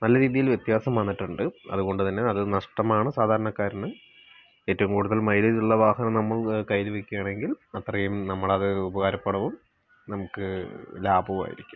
നല്ല രീതിയിൽ വ്യത്യാസം വന്നിട്ടുണ്ട് അതുപോലെ തന്നെ അത് നഷ്ടം ആണ് സാധാരണക്കാരില് ഏറ്റവും കൂടുതൽ മൈലേജ് ഉള്ള വാഹനം നമ്മള് കയ്യില് വെക്കുവാണെങ്കില് അത്രയും നമ്മളത് ഉപകാരപ്രദവും നമുക്ക് ലാഭവും ആയിരിക്കും